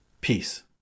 Peace